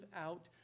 out